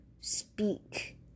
speak